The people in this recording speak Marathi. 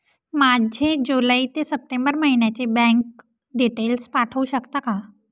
माझे जुलै ते सप्टेंबर महिन्याचे बँक डिटेल्स पाठवू शकता का?